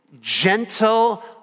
gentle